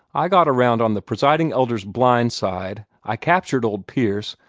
i got around on the presiding elder's blind side, i captured old pierce,